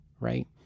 right